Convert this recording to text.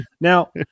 now